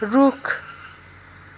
रुख